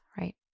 right